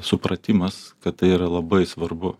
supratimas kad tai yra labai svarbu